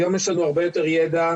היום יש לנו הרבה יותר ידע,